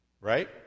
Right